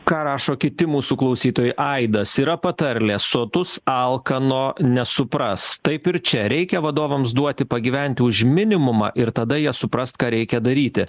ką rašo kiti mūsų klausytojai aidas yra patarlė sotus alkano nesupras taip ir čia reikia vadovams duoti pagyventi už minimumą ir tada jie supras ką reikia daryti